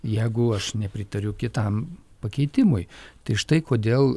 jeigu aš nepritariu kitam pakeitimui tai štai kodėl